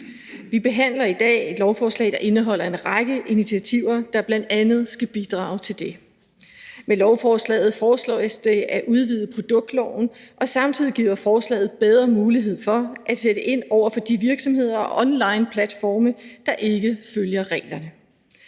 Vi behandler i dag et lovforslag, der indeholder en række initiativer, der bl.a. skal bidrage til det. Med lovforslaget foreslås det at udvide produktloven, og samtidig giver forslaget bedre mulighed for at sætte ind over for de virksomheder og onlineplatforme, der ikke følger reglerne.